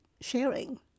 sharing